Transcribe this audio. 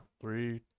Three